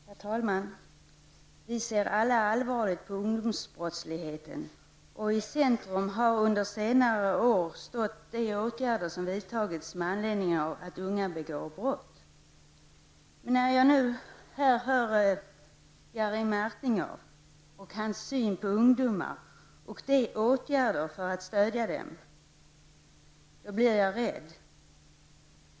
Herr talman! Vi ser alla allvarligt på ungdomsbrottsligheten. I centrum har under senare år stått de åtgärder som har vidtagits med anledning av att unga begår brott. Men när jag nu hör Jerry Martinger presentera sin syn på ungdomarna och de åtgärder som skall vidtas för att stödja dem, då blir jag rädd.